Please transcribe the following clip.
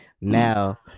Now